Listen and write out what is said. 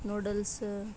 noodles